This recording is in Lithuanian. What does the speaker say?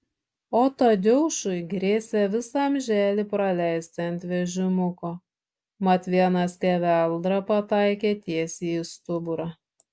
o tadeušui grėsė visą amželį praleisti ant vežimuko mat viena skeveldra pataikė tiesiai į stuburą